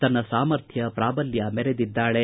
ತನ್ನ ಸಾಮರ್ಥ್ಯ ಪೂಬಲ್ಯ ಮೆರೆದಿದ್ದಾಳೆ